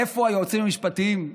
איפה היועצים המשפטיים?